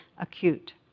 acute